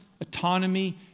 autonomy